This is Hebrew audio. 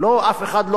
אף אחד לא